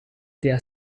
their